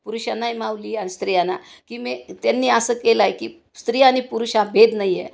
पुरुषांनाही माऊली आणि स्त्रियाना की मी त्यांनी असं केलं आहे की स्त्रिया आणि पुरुष हा भेद नाही आहे